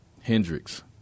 Hendrix